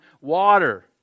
water